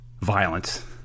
violence